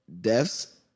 deaths